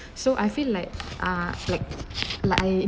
so I feel like ah like like I